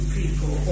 people